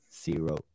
Zero